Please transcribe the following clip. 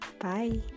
Bye